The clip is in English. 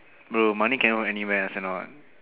bro money can earn anywhere understand or not